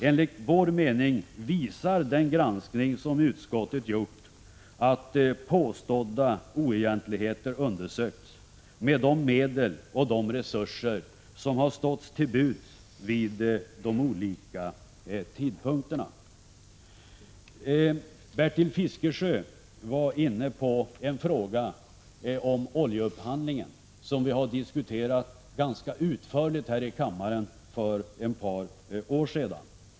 Enligt vår mening visar den granskning som utskottet gjort att påstådda oegentligheter undersökts med de medel och de resurser som stått till buds vid de olika tillfällena. Bertil Fiskesjö var inne på en fråga om oljeupphandlingen, som vi har diskuterat ganska utförligt i kammaren för ett par år sedan.